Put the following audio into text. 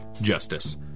Justice